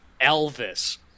Elvis